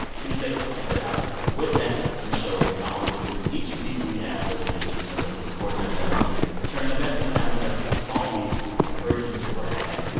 tuesday, check it out with that, let's end the show as we always do. each week we ask listeners to send us a recording of them sharing the best thing that happened to them all week. we encourage them to brag.